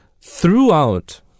Throughout